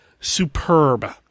superb